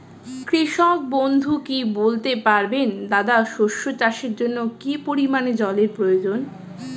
কৃষক বন্ধু কি বলতে পারবেন দানা শস্য চাষের জন্য কি পরিমান জলের প্রয়োজন?